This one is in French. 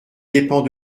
dépend